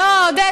לא, עודד.